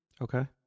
Okay